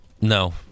no